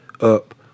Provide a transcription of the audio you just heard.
up